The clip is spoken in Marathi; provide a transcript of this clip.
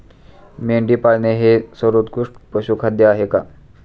मेंढी पाळणे हे सर्वोत्कृष्ट पशुखाद्य आहे का?